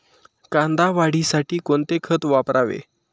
कांदा वाढीसाठी कोणते खत वापरावे?